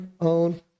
own